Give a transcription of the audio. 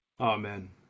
Amen